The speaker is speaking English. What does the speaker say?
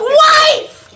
wife